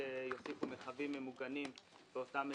שיוסיפו מרחבים ממוגנים באותם אזורים.